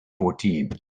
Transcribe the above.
fourteen